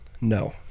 No